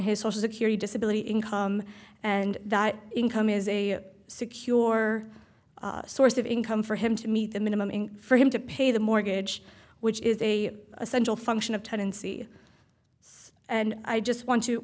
his social security disability income and the income is a secure source of income for him to meet the minimum in for him to pay the mortgage which is a essential function of tenancy and i just want to